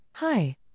Hi